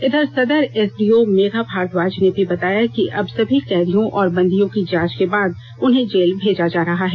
इधर सदर एसडीओ मेघा भारद्वाज ने भी बताया कि अब समी कैदियों और बंदियों की जांच के बाद उन्हें जेल भेजा जा रहा है